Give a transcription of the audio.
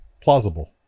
plausible